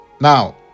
Now